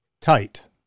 tight